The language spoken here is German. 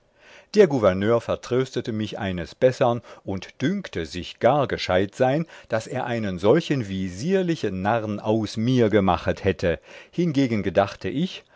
der gouverneur vertröstete mich eines bessern und dünkte sich gar gescheid sein daß er einen solchen visierlichen narrn aus mir gemachet hätte hin gegen gedachte ich